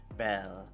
bell